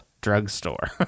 drugstore